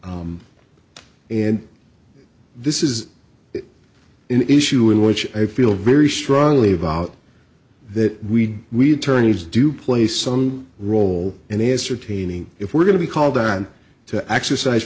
no and this is an issue in which i feel very strongly about that we we tourney's do play some role and answer taining if we're going to be called on to exercise